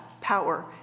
power